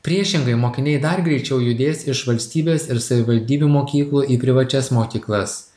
priešingai mokiniai dar greičiau judės iš valstybės ir savivaldybių mokyklų į privačias mokyklas